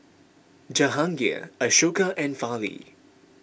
Jahangir Ashoka and Fali